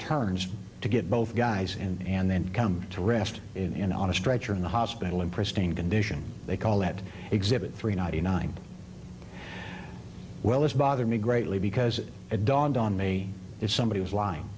turns to get both guys in and then come to rest in on a stretcher in the hospital in pristine condition they call that exhibit three ninety nine well it bothers me greatly because it dawned on me if somebody was lying